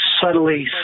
subtly